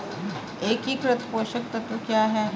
एकीकृत पोषक तत्व क्या है?